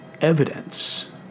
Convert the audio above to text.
evidence